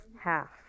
half